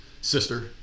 sister